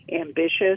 ambitious